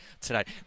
tonight